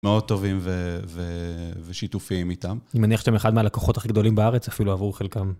מאוד טובים ושיתופיים איתם. אני מניח שאתם אחד מהלקוחות הכי גדולים בארץ אפילו עבור חלקם.